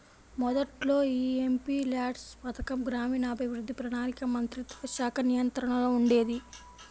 మొదట్లో యీ ఎంపీల్యాడ్స్ పథకం గ్రామీణాభివృద్ధి, ప్రణాళికా మంత్రిత్వశాఖ నియంత్రణలో ఉండేది